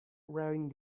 wearing